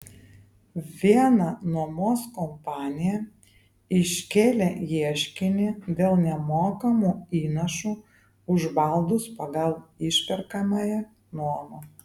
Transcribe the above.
viena nuomos kompanija iškėlė ieškinį dėl nemokamų įnašų už baldus pagal išperkamąją nuomą